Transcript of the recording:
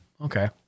okay